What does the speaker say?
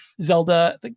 Zelda